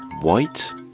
white